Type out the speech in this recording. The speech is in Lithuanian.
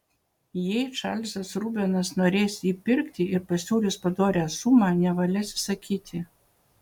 jei čarlzas rubenas norės jį pirkti ir pasiūlys padorią sumą nevalia atsisakyti